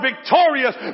victorious